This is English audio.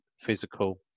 physical